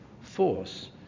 force